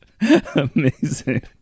amazing